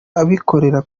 abikorera